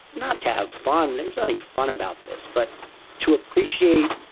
not to have fun, there's nothing fun about this, but to appreciate